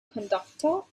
conductor